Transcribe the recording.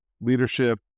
leadership